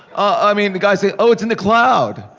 i mean the guys say oh it's in the cloud.